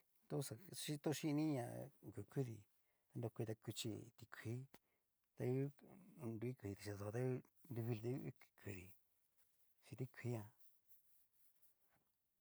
Taxa chini mi na oku kudí, ta nrokoi ta kuchí tikuii ta hú konrui kudi tichí dó ta ngu nru vili ta hú kudí, chín tikuii ja.